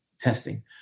testing